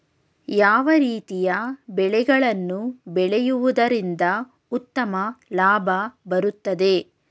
ಯಾವ ರೀತಿಯ ಬೆಳೆಗಳನ್ನು ಬೆಳೆಯುವುದರಿಂದ ಉತ್ತಮ ಲಾಭ ಬರುತ್ತದೆ?